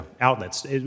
Outlets